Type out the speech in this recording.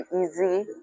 easy